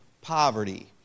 poverty